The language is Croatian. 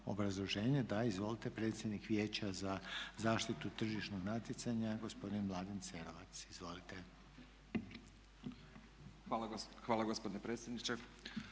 obrazloženje? Da, izvolite. Predsjednik Vijeća za zaštitu tržišnog natjecanja gospodin Mladen Cerovac. **Cerovac, Mladen** Hvala gospodine predsjedniče.